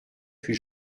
fut